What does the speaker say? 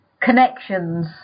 connections